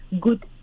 good